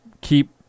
keep